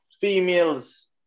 females